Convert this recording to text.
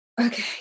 Okay